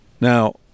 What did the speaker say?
Now